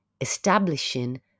establishing